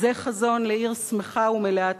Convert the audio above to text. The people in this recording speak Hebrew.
זה חזון של עיר שמחה ומלאת חיים,